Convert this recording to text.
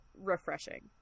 refreshing